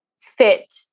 fit